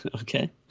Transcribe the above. Okay